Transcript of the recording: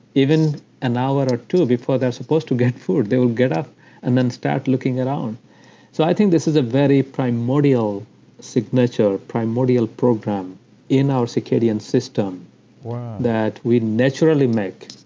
even an hour or two before they're supposed to get food, they will get up and then start looking around, um so i think this is a very primordial signature, a primordial program in our circadian system that we naturally make.